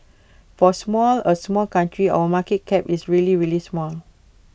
for small A small country our market cap is really really small